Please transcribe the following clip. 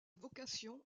vocation